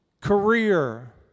career